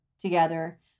together